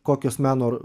kokios meno